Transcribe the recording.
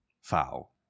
foul